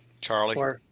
Charlie